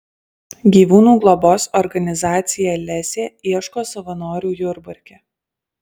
gyvūnų globos organizacija lesė ieško savanorių jurbarke